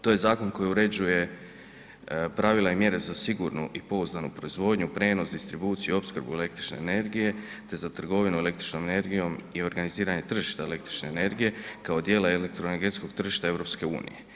To je zakon koji uređuje pravila i mjere za sigurnu i pouzdanu proizvodnju, prijenos, distribuciju i opskrbu električne energije te za trgovinu električnom energijom i organiziranje tržišta električne energije kao dijela elektroenergetskog tržišta EU.